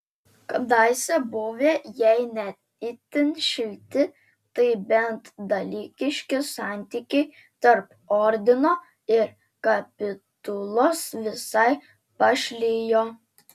kadaise buvę jei ne itin šilti tai bent dalykiški santykiai tarp ordino ir kapitulos visai pašlijo